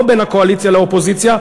לא בין הקואליציה לאופוזיציה,